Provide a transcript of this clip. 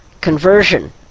conversion